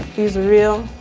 these are real,